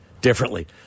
differently